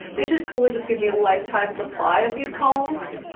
they should totally just give me a lifetime supply of these combs,